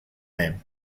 them